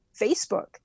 Facebook